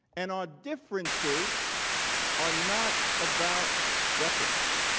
and our differences are not about weapons.